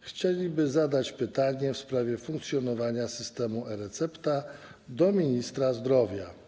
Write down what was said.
chciałyby zadać pytanie w sprawie funkcjonowania systemu e-recepta - do ministra zdrowia.